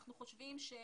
אנחנו חושבים שהאוכלוסייה,